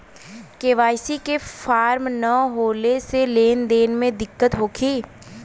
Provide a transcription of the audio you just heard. KYC के form न होले से लेन देन में दिक्कत होखी?